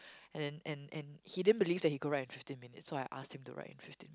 and then and and he didn't believe that he could write in fifteen minutes so I asked him to write in fifteen